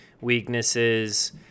weaknesses